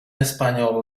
español